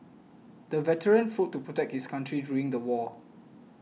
the veteran fought to protect his country during the war